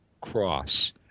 cross